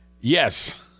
Yes